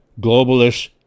globalist